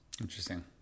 Interesting